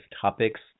topics